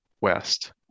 west